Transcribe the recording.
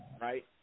right